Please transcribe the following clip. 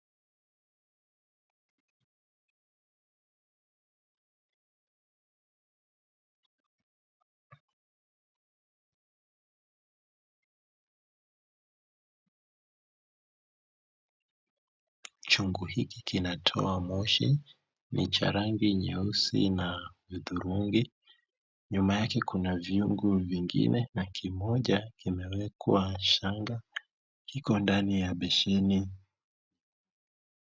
Chungu hiki kinatoa moshi. Ni cha rangi nyeusi na udhurungi. Nyuma yake kuna vyungu vingine na kimoja kimewekwa shanga, kimo ndani ya besheni.